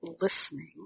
listening